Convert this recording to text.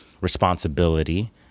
responsibility